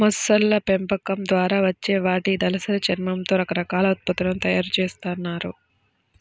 మొసళ్ళ పెంపకం ద్వారా వచ్చే వాటి దళసరి చర్మంతో రకరకాల ఉత్పత్తులను తయ్యారు జేత్తన్నారు